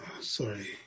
sorry